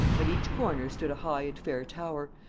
at each corner stood a high and fair tower,